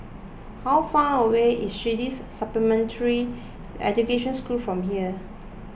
how far away is Swedish Supplementary Education School from here